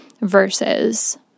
versus